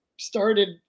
started